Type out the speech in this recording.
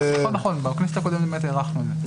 נכון, בכנסת הקודמת באמת הארכנו את זה.